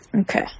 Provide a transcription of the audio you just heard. Okay